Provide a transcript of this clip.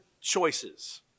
choices